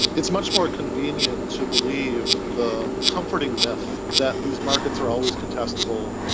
it's much more convenient to believe the comforting myth that these markets are always contestable,